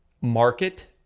market